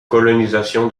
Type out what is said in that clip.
colonisation